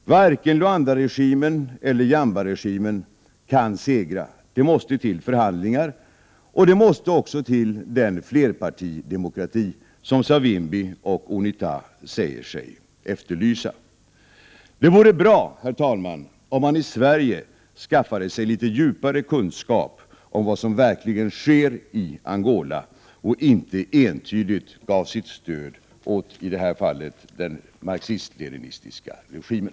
Varken Luandaregimen eller Jambaregimen kan segra. Det måste till förhandlingar. Det måste också till den flerpartidemokrati som Savimbi och Unita säger sig efterlysa. Det vore bra, herr talman, om man i Sverige skaffade sig litet djupare kunskaper om vad som verkligen sker i Angola och inte entydigt gav sitt stöd åt i det här fallet den marxist-leninistiska regimen.